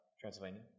Transylvania